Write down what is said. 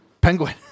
Penguin